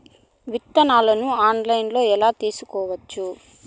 విత్తనాలను ఆన్లైన్లో ఎలా తీసుకోవచ్చు